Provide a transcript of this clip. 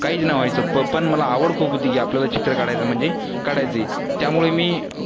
काहीच नाही व्हायचं प पण मला आवड खूप होती की आपल्याला चित्र काढायचं म्हणजे काढायचं आहे त्यामुळे मी